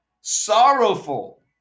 sorrowful